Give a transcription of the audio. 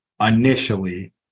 initially